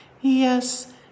Yes